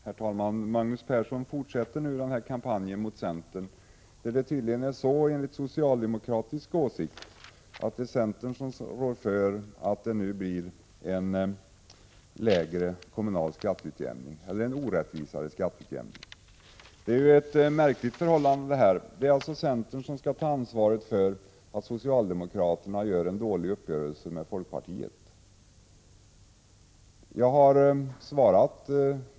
Herr talman! Magnus Persson fortsätter kampen mot centern. Enligt socialdemokratisk åsikt är det tydligen så att det är centern som rår för att det blir en orättvisare kommunal skatteutjämning. Det är ett märkligt förhållande. Det är alltså centern som skall ta ansvar för att socialdemokraterna gör en dålig uppgörelse med folkpartiet.